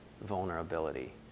vulnerability